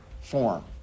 form